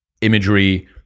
imagery